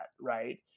right